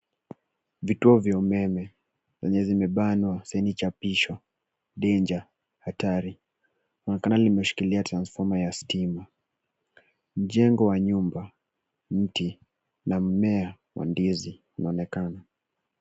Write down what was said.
Vituo vya umeme zenye zimebanwa yaani chapisho danger hatari linaonekana limeshikilia transfoma ya stima. Mjengo wa nyumba, mti na mmea wa ndizi unaonekana.